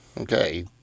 Okay